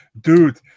dude